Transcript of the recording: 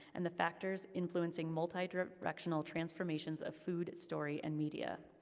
and the factors influencing multidirectional transformations of food, story, and media.